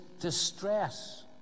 distress